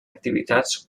activitats